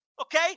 Okay